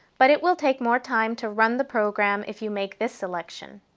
but it will take more time to run the program if you make this selection.